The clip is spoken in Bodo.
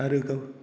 आरो गाव